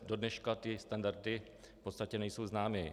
Do dneška ty standardy v podstatě nejsou známy.